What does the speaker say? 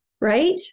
right